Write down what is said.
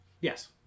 yes